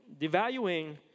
devaluing